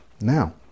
now